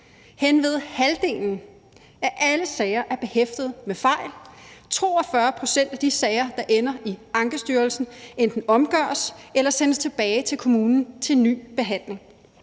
Henved halvdelen af alle sager er behæftet med fejl, og 42 pct. af de sager, der ender i Ankestyrelsen, bliver enten omgjort eller sendt tilbage til kommunen til ny behandling.